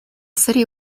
city